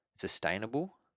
sustainable